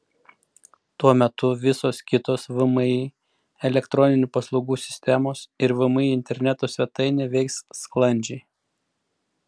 tuo metu visos kitos vmi elektroninių paslaugų sistemos ir vmi interneto svetainė veiks sklandžiai